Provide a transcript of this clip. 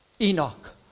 Enoch